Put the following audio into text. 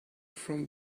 from